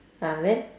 ah then